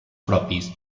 propis